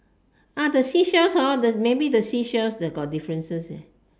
the seashells hor the maybe the seashells the got differences